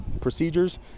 procedures